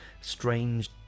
strange